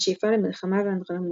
השאיפה למלחמה ואנדרלמוסיה.